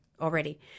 Already